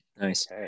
Nice